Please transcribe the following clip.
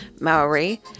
Maori